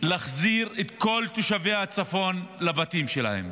להחזיר את כל תושבי הצפון לבתים שלהם.